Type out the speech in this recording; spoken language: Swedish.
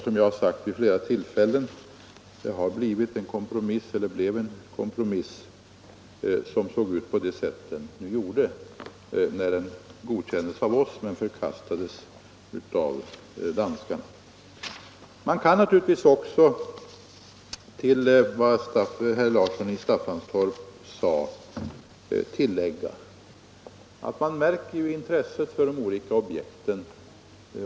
Som jag har sagt vid flera tillfällen var det förslag som vi kom fram till en kompromiss, som godkändes av oss men förkastades av danskarna. Man kan naturligtvis också till det som herr Larsson i Staffanstorp sade tillägga, att man kan märka hur intresset för de olika objekten varierar.